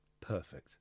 Perfect